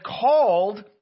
called